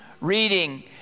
Reading